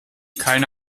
keine